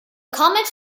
comics